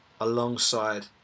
alongside